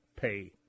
pay